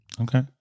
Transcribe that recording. Okay